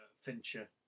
Fincher